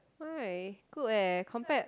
why good eh compared